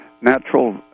natural